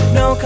no